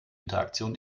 interaktion